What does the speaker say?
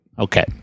Okay